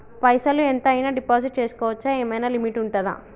పైసల్ ఎంత అయినా డిపాజిట్ చేస్కోవచ్చా? ఏమైనా లిమిట్ ఉంటదా?